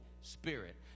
Spirit